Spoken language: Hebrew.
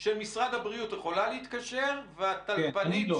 של משרד הבריאות --- כן, ואני לא.